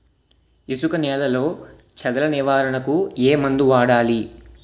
ఇసుక నేలలో చదల నివారణకు ఏ మందు వాడాలి?